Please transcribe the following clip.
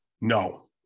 no